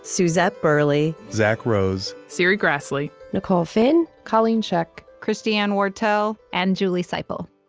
suzette burley, zack rose, serri graslie, nicole finn, colleen scheck, christiane wartell, and julie siple